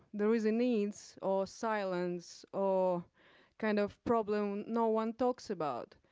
there is a needs or silence or kind of problem no one talks about.